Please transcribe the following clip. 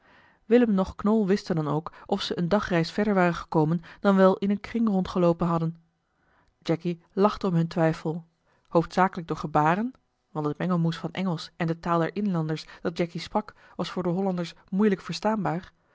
willem noch knol wisten dan ook of ze eene dagreis verder waren gekomen dan wel in een kring rondgeloopen hadden jacky lachte om hun twijfel hoofdzakelijk door gebaren want het mengelmoes van engelsch en de taal der inlanders dat jacky sprak was voor de hollanders moeilijk verstaanbaar